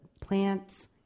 plants